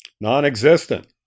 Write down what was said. Non-existent